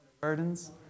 burdens